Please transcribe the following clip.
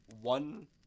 one